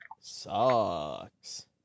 Sucks